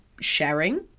sharing